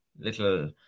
little